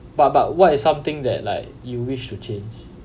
but but what is something that like you wish to change